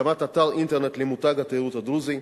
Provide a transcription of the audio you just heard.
הקמת אתר אינטרנט למותג התיירות הדרוזי,